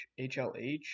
HLH